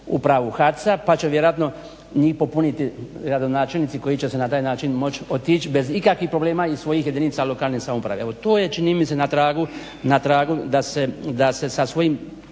upravu HAC-a pa će vjerojatno njih popuniti gradonačelnici koji će se na taj način moći otići bez ikakvih problema iz svojih jedinica lokalna samouprave. evo to je čini mi se na tragu da se sa svojim